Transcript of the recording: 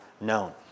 known